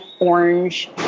orange